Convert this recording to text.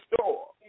store